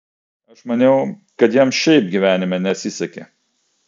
aš maniau kad jam šiaip gyvenime nesisekė